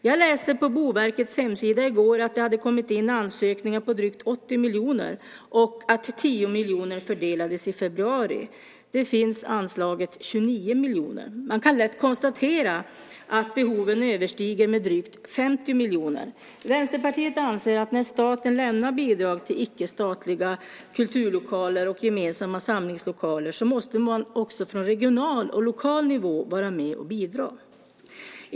Jag läste på Boverkets hemsida i går att det hade kommit in ansökningar om drygt 80 miljoner och att 10 miljoner fördelades i februari. Det finns anslaget 29 miljoner. Man kan lätt konstatera att behoven överstiger med drygt 50 miljoner. Vänsterpartiet anser att när staten lämnar bidrag till icke-statliga kulturlokaler och gemensamma samlingslokaler måste man också från regional och lokal nivå vara med och bidra.